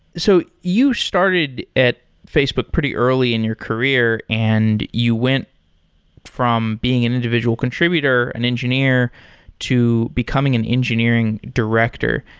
so you started at facebook pretty early in your career and you went from being an individual contr ibutor, an engineer to becoming an engineering director.